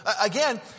Again